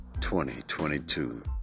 2022